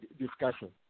discussion